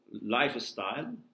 lifestyle